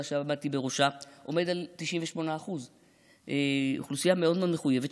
שעמדתי בראשה עמד על 98%. אוכלוסייה מאוד מאוד מחויבת,